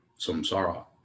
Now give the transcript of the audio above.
samsara